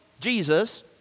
Jesus